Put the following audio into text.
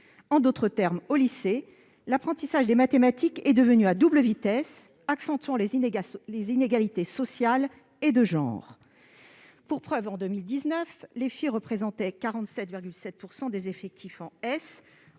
En d'autres termes, au lycée, l'apprentissage des mathématiques est devenu à double vitesse, accentuant les inégalités sociales et de genre. Pour preuve, en 2019, les filles représentaient 47,7 % des effectifs en